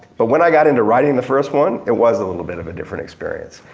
but when i got into writing the first one, it was a little bit of a different experience.